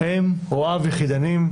אם או אב יחידניים,